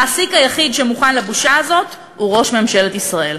המעסיק היחיד שמוכן לבושה הזאת הוא ראש ממשלת ישראל.